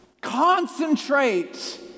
concentrate